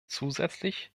zusätzlich